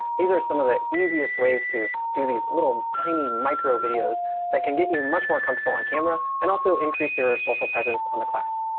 these are some of the easiest ways to do these little tiny micro videos that can get you much more comfortable on camera and also increase your social presence on the class.